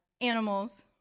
animals